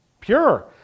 Pure